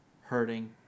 hurting